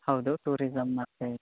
ಹೌದು ಟೂರಿಸಮ್ ಮತ್ತು